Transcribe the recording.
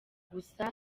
gusa